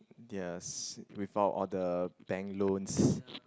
yes without all the bank loans